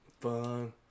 Fun